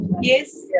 Yes